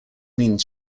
means